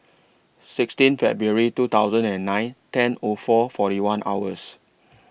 sixteen February two thousand and nine ten O four forty one hours